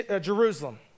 Jerusalem